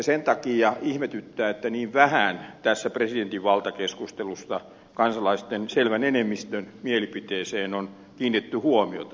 sen takia ihmetyttää että niin vähän tässä presidentinvaltakeskustelussa kansalaisten selvän enemmistön mielipiteeseen on kiinnitetty huomiota